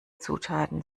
zutaten